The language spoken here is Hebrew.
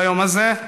ביום הזה,